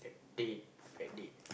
date perfect date